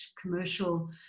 commercial